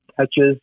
touches